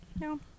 No